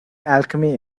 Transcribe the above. alchemy